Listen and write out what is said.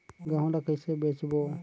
गहूं ला कइसे बेचबो?